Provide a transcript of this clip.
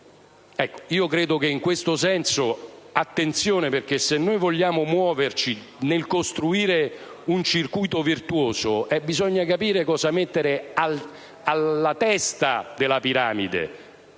Credo che in questo senso si debba fare attenzione, perché, se noi vogliamo muoverci nel costruire un circuito virtuoso, bisogna capire prima cosa mettere alla testa della piramide;